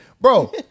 bro